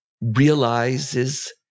realizes